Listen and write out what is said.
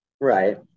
Right